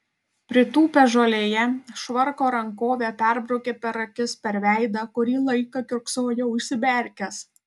pritūpęs žolėje švarko rankove perbraukė per akis per veidą kurį laiką kiurksojo užsimerkęs